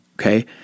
okay